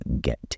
get